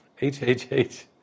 H-H-H